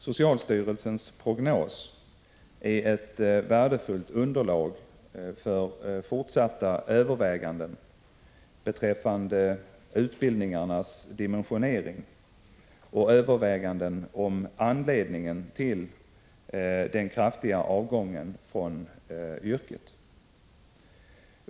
Socialstyrelsens prognos är ett värdefullt underlag för fortsatta överväganden om utbildningarnas dimensionering och om anledningen till den kraftiga avgången från yrket.